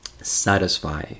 satisfy